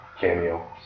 cameo